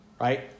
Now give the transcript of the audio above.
right